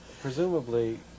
presumably